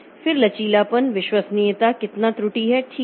फिर लचीलापन विश्वसनीयता कितना त्रुटि है ठीक है